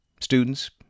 students